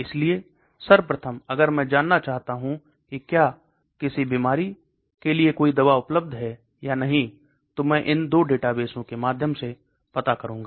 इसलिए सर्व प्रथम अगर मैं जानना चाहता हूं कि क्या किसी बीमारी के लिए कोई दवा उपलब्ध है या नहीं तो मैं इन 2 डेटाबेसों के माध्यम से पता करुगा